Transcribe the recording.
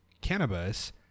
cannabis